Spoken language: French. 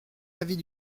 l’avis